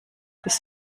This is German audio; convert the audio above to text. bis